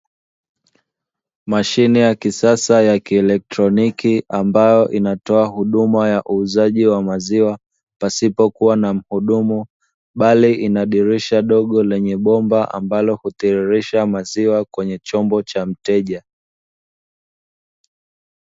Mashine ya kisasa ya kielektroniki ambayo inatoa huduma ya uuzaji wa maziwa pasipokuwa na mhudumu, bali inadirisha dogo lenye bomba ambalo hutiririsha maziwa kwenye chombo cha mteja.